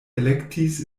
elektis